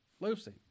Lucy